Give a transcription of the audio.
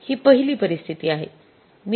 ही पहिली परिस्थिती आहे